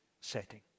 setting